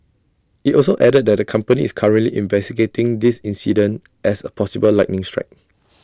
IT also added that the company is currently investigating this incident as A possible lightning strike